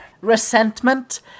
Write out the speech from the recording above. resentment